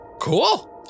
cool